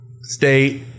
state